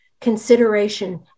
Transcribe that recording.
consideration